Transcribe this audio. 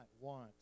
want